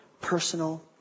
personal